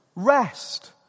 rest